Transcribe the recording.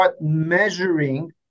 measuring